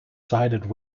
sided